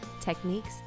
techniques